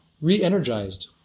re-energized